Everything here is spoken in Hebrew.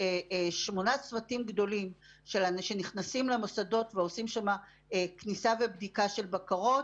שמונה צוותם גדולים שנכנסים למוסדות ועושים שם כניסה ובדיקה של בקרות,